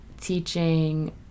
teaching